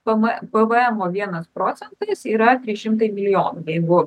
pm pvmo vienas procentas yra trys šimtai milijonų jeigu